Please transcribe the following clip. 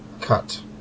cut